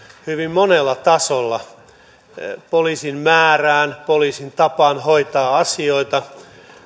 hyvin monella tasolla poliisien määrään poliisin tapaan hoitaa asioita